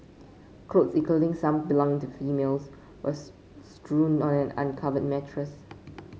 clothes including some belong to females were strewn on an uncovered mattress